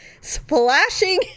splashing